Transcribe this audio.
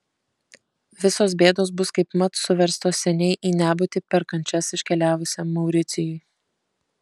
visos bėdos bus kaipmat suverstos seniai į nebūtį per kančias iškeliavusiam mauricijui